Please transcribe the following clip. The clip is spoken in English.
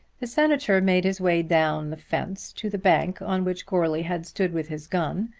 the senator made his way down the fence to the bank on which goarly had stood with his gun,